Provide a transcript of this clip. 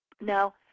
Now